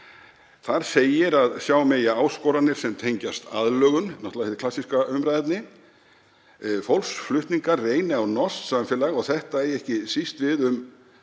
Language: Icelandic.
Þar segir að sjá megi áskoranir sem tengjast aðlögun — náttúrlega hið klassíska umræðuefni. Fólksflutningar reyni á norskt samfélag og það eigi ekki síst við um